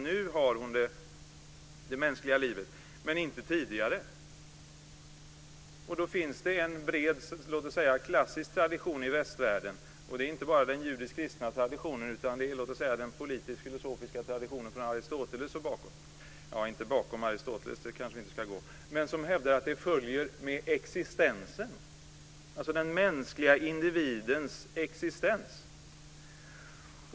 Nu har hon det mänskliga livet, men inte tidigare. Det finns en bred låt oss säga klassisk tradition i västvärlden. Det är inte bara den judisk-kristna traditionen utan även den politisk-filosofiska traditionen från Aristoteles som hävdar att det följer med existensen, alltså den mänskliga individens existens.